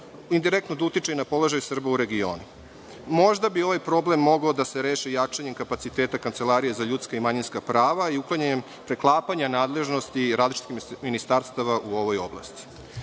indirektno da utiče na položaj Srba u regionu. Možda bi ovaj problem mogao da se reši jačanjem kapaciteta Kancelarije za ljudska i manjinska prava i uklanjanjem preklapanja nadležnosti različitih ministarstava u ovoj